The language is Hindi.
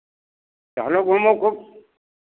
टहलो घूमो खूब